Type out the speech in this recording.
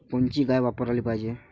कोनची गाय वापराली पाहिजे?